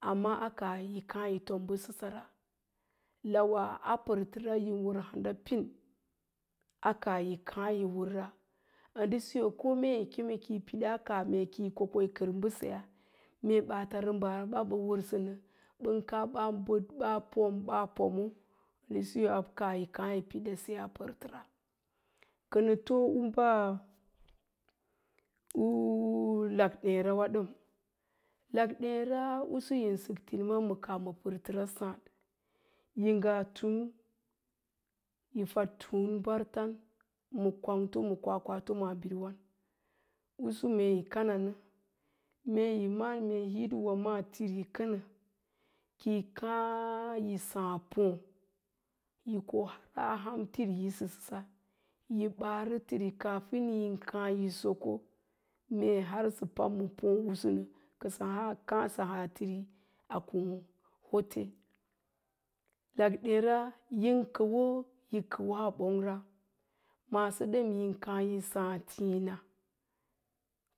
Amma a kaa yi káá yi tom bəsəsara, lawa a pərtəra yin wərhanda pin, a kaa yi káá yi wərra ndə siyo ko mee yi kem ki yi piɗaa kaa mee kiyi ko, ko yi kər mbəseyaa, mee ɓaata rəmbaaɓa mbə wərsə nə, mbən káá ɓaa bəɗ ɓaa pom-ɓaa pomo, ndə a kaa yi káá yi piɗəla pə a pərtəra. Kə nə too u baa lak'ɗéérawa ɗəm. Lakɗééra usu yin səktinima kaa ma pərtəra sáád, yi ngaa túú yi faɗ túún mbarta ma kwangto, ma kwakwato maabiriwan, usu mee yi kana nə, mee yi ma'án nyee hid'wa maa mee tiri kənə kiyi káá yi saá póó yi ko a ham tiri yisə sisa, yi bərə tiri kaafin yin kááyi soko har sə pam ma póó usu nə kə sə káoi sə haa tiri a kung afe. Lakɗeera yin kawwa, yi kəuwa bonyra maaso ɗam yin káá yi sáá tina